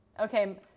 Okay